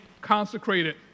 consecrated